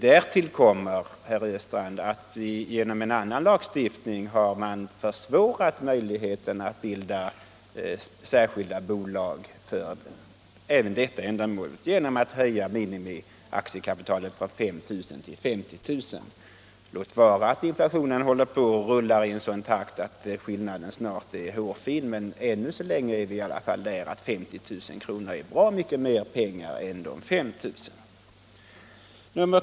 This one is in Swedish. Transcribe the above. Därtill kommer, herr Östrand, att man genom en annan lagstiftning har minskat möjligheterna att bilda särskilda bolag för detta ändamål, nämligen genom att höja minimiaktiekapitalet. Låt vara att inflationen rullar i en sådan takt att skillnaden snart är hårfin, men ännu så länge är ändå 50 000 kr. bra mycket mer pengar än 5 000 kr.